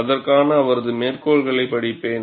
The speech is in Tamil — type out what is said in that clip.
அதற்கான அவரது மேற்கோளைப் படிப்பேன்